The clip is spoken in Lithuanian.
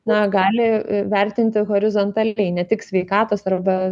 na gali vertinti horizontaliai ne tik sveikatos arba